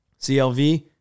CLV